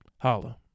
Holla